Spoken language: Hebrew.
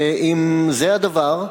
ואם זה הדבר,